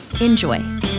Enjoy